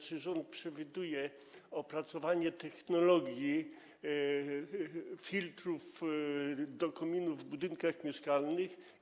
Czy rząd przewiduje opracowanie technologii filtrów do kominów w budynkach mieszkalnych?